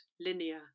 linear